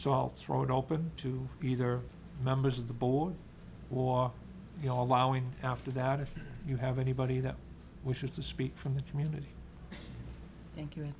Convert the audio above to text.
i'll throw it open to either members of the board or you know allowing after that if you have anybody that wishes to speak from the community thank you